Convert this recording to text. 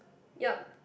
yup